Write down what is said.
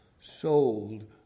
sold